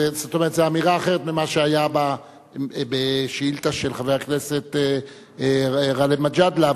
זו אמירה אחרת ממה שהיה בשאילתא של חבר הכנסת גאלב מג'אדלה,